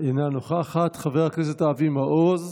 אינה נוכחת, חבר הכנסת אבי מעוז,